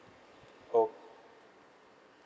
oh